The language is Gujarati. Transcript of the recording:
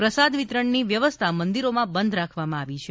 પ્રસાદ વિતરણની વ્યવસ્થા મંદીરોમાં બંધ રાખવામાં આવી છે